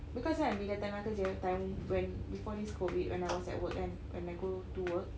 because kan bila tengah kerja that time when before this COVID when I was at work kan when I go to work